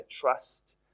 trust